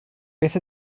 beth